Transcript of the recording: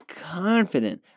confident